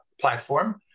platform